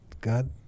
god